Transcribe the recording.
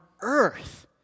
earth